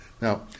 Now